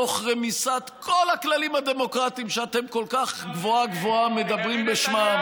תוך רמיסת כל הכללים הדמוקרטיים שאתם כל כך גבוהה-גבוהה מדברים בשמם,